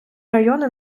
райони